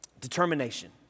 Determination